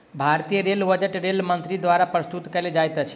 भारतीय rail budget rail मंत्री द्वारा प्रस्तुत कयल जाइत अछि